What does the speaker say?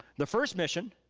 the first mission,